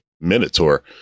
Minotaur